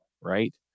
right